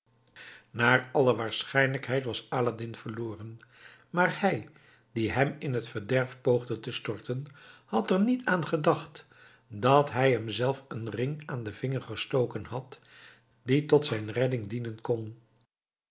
naar alle waarschijnlijkheid was aladdin verloren maar hij die hem in t verderf poogde te storten had er niet aan gedacht dat hij hem zelf een ring aan den vinger gestoken had die tot zijn redding dienen kon